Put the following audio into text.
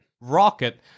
rocket